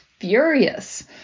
Furious